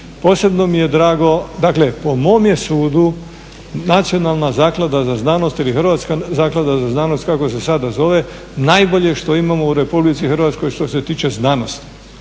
Posebno mi je drago, dakle po mom je sudu Nacionalna zaklada za znanost ili Hrvatska zaklada za znanost kako se sada zove najbolje što imamo u Republici Hrvatskoj što se tiče znanosti